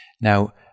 Now